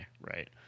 right